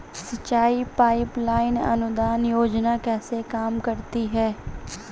सिंचाई pipeline अनुदान योजना कैसे काम करती है?